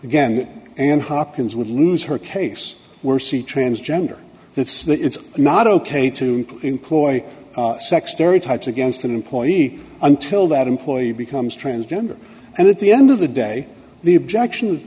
again and hopkins would lose her case we're see transgender that says that it's not ok to employ sex stereotypes against an employee until that employee becomes transgender and at the end of the day the objection